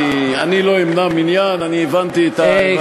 אני לא אמנע מניין, אני הבנתי את הבעיה.